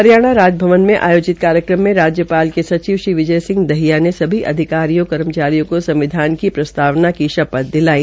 हरियाणा राजभवन में आयोजित कार्यक्रम में राज्यपाल के सचिव श्री विजय सिंह दहिया ने सभी अधिकारियों कर्मचारियों को संविधान की प्रस्तावना की शपथ दिलवाई